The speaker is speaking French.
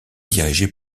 dirigée